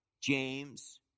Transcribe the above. James